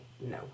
no